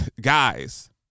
guys